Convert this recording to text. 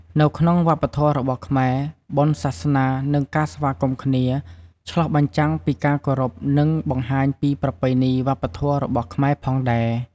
នៅក្នុងវប្បធម៌របស់ខ្មែរបុណ្យសាសនានិងការស្វាគមន៍គ្នា ឆ្លុះបញ្ចាំងពីការគោរព និងបង្ហាញពីប្រពៃណីវប្បធម៌របស់ខ្មែរផងដែរ។